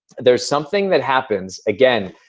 there's something that happens, again,